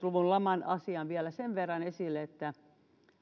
luvun lama asian vielä sen verran esille että